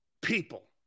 people